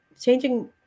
changing